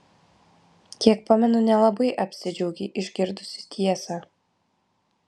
kiek pamenu nelabai apsidžiaugei išgirdusi tiesą